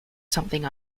something